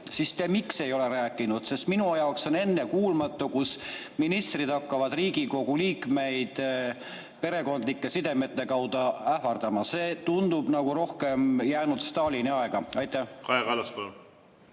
siis miks ei ole rääkinud? Minu jaoks on ennekuulmatu, kui ministrid hakkavad Riigikogu liikmeid perekondlike sidemete kaudu ähvardama. See tundus nagu rohkem Stalini aega olevat